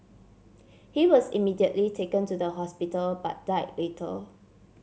he was immediately taken to the hospital but died later